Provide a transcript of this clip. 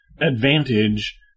advantage